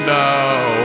now